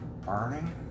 burning